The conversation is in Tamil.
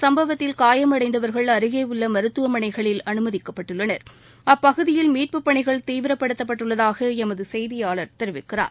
சம்பவத்தில் காயம் அடைந்தவர்கள் அருகே உள்ள மருத்துவமனைகளில் அமைதிக்கப்பட்டுள்ளனர் அப்பகுதியில் மீட்புப் பணிகள் தீவிரபடுத்தப்பட்டுள்ளதாக எமது செய்தியாளர் தெரிவிக்கிறார்